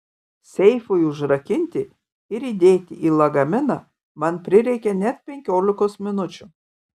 seifui užrakinti ir įdėti į lagaminą man prireikė net penkiolikos minučių